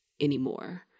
anymore